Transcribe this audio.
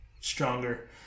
stronger